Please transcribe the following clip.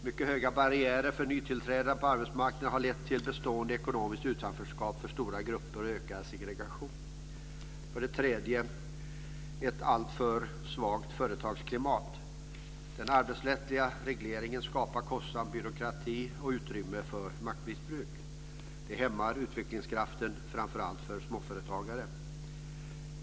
Mycket höga barriärer för nytillträdande på arbetsmarknaden har lett till bestående ekonomiskt utanförskap för stora grupper och ökande segregation. För det tredje är det ett alltför svagt företagsklimat. Den arbetsrättsliga regleringen skapar kostsam byråkrati och utrymme för maktmissbruk. Det hämmar utvecklingskraften, framför allt för småföretagare.